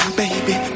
baby